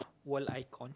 world icon